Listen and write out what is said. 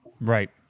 right